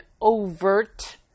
overt